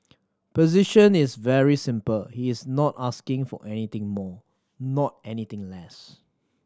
position is very simple he is not asking for anything more not anything less